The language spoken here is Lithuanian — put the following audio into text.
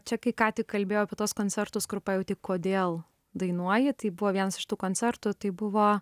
čia kai ką tik kalbėjau apie tuos koncertus kur pajauti kodėl dainuoji tai buvo vienas iš tų koncertų tai buvo